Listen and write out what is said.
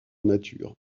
nature